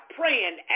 praying